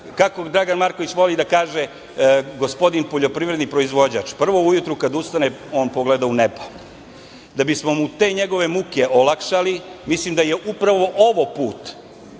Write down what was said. kako Dragan Marković Palma voli da kaže – gospodin poljoprivredni proizvođač prvo ujutru kada ustane on pogleda u nebo. Da bismo mu te njegove muke olakšali, mislim da je upravo ovo put